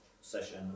session